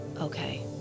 Okay